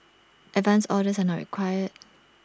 advance orders are not required